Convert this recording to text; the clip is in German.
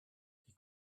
die